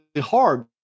hard